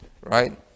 Right